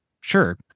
sure